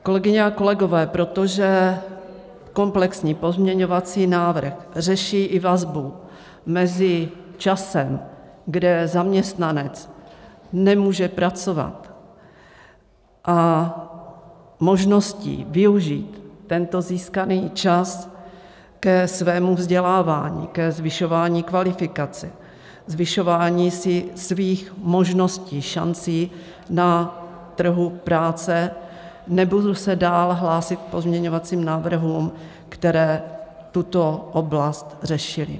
Kolegyně a kolegové, protože komplexní pozměňovací návrh řeší i vazbu mezi časem, kdy zaměstnanec nemůže pracovat, a možností využít tento získaný čas ke svému vzdělávání, ke zvyšování kvalifikace, zvyšování si svých možností, šancí na trhu práce, nebudu se dál hlásit k pozměňovacím návrhům, které tuto oblast řešily.